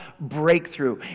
breakthrough